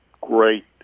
great